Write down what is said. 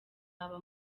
aba